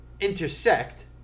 intersect